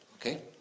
Okay